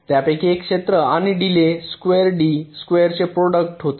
त्यापैकी एक क्षेत्र आणि डीले स्क्वेअर डी स्क्वेअरचे प्रॉडक्ट होते